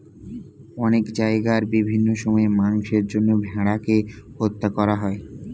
অনেক জায়গায় বিভিন্ন সময়ে মাংসের জন্য ভেড়াকে হত্যা করা হয়